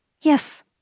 Yes